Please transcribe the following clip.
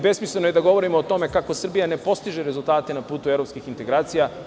Besmisleno je i da govorimo o tome kako Srbija ne postiže rezultate na putu evropskih integracija.